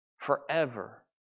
Forever